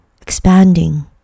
expanding